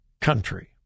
country